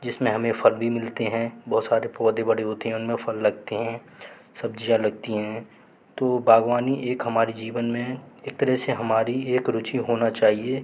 जिस में हमें फल भी मिलते हैं बहुत सारे पौधे बड़े होते हैं उनमें फल लगते हैं सब्ज़ियाँ लगती हैं तो बाग़बानी एक हमारे जीवन में एक तरह से हमारी एक रुचि होना चाहिए